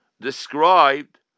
described